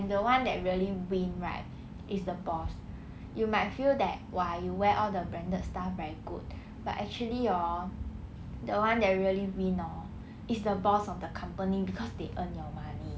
and the one that really win right is the boss you might feel that !wah! you wear all the branded stuff very good but actually hor the one that really win hor is the boss of the company because they earn your money